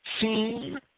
seen